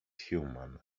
human